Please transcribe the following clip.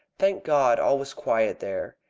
thank god! all was quiet there.